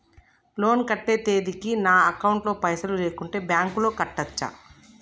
Loan కట్టే తేదీకి నా అకౌంట్ లో పైసలు లేకుంటే బ్యాంకులో కట్టచ్చా?